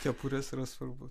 kepurės yra svarbu